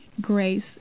grace